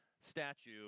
statue